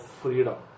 freedom